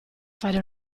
fare